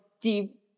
deep